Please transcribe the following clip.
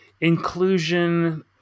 inclusion